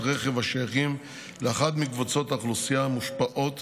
רכב השייכים לאחת מקבוצות האוכלוסייה המושפעות